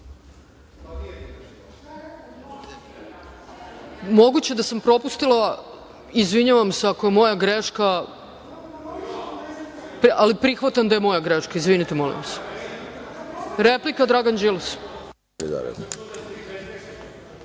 Moguće je da sam propustila, izvinjavam se ako je moja greška, ali prihvatam da je moja greška. Izvinite, molim vas. Replika, Dragan Đilas.